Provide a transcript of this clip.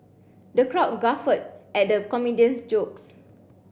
the crowd guffawed at the comedian's jokes